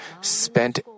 spent